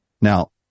now